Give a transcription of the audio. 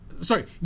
Sorry